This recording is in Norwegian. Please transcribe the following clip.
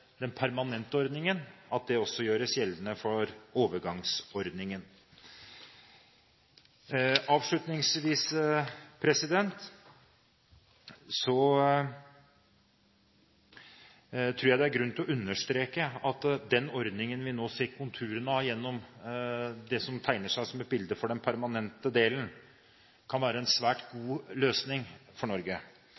den permanente ordning, må det også gjøres gjeldende for overgangsordningen. Avslutningsvis tror jeg det er grunn til å understreke at den ordningen vi nå ser konturene av, gjennom det som tegner seg som et bilde for den permanente delen, kan være en svært